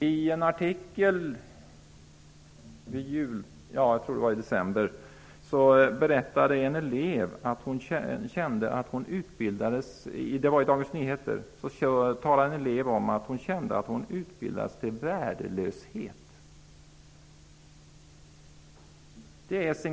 I en artikel i Dagens Nyheter i, tror jag, december berättade en elev att hon kände att hon utbildades till värdelöshet.